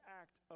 act